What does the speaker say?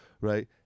right